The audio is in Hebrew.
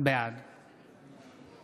בעד